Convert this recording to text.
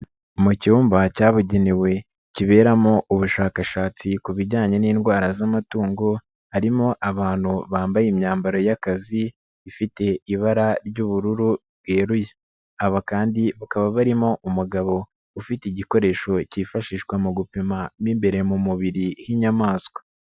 Mu cyumba cyabugenewe kiberamo ubushakashatsi ku bijyanye n'indwara z'amatungo harimo abantu bambaye imyambaro y'akazi ifite ibara ry'ubururu bweruye, aba kandi bakaba barimo umugabo ufite igikoresho cyifashishwa mu gupima mo imbere mu mubiri h'inyamaswa.